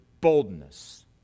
boldness